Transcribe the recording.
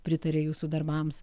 pritaria jūsų darbams